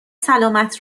سلامت